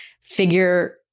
figure